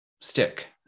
stick